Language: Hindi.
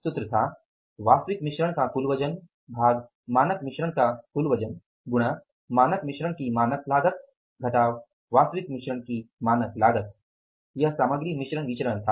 सूत्र था वास्तविक मिश्रण का कुल वजन भाग मानक मिश्रण का कुल वजन गुणा मानक मिश्रण की मानक लागत घटाव वास्तविक मिश्रण की मानक लागत यह सामग्री मिश्रण विचरण था